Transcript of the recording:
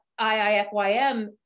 IIFYM